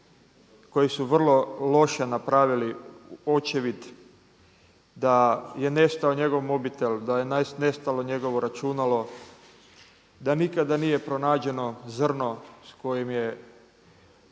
koji su vrlo loše napravili očevid, da je nestao njegov mobitel, da je nestalo njegovo računalo, da nikada nije pronađeno zrno s kojim je